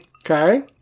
Okay